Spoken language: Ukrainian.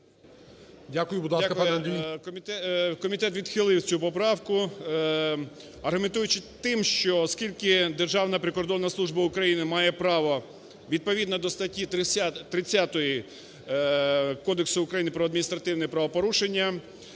Дякую. Будь ласка, пан Андрій.